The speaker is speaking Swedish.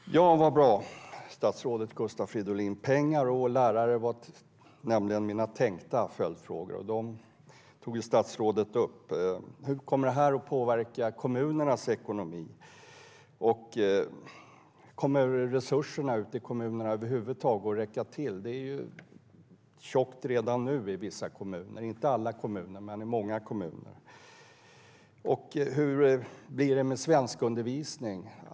Herr talman! Vad bra, statsrådet Gustav Fridolin! Mina följdfrågor handlade just om pengar och lärare, och det tog ju statsrådet upp. Hur kommer detta att påverka kommunernas ekonomi? Kommer resurserna i kommunerna över huvud taget att räcka till? Det är redan nu tjockt i många kommuner. Hur blir det med svenskundervisningen?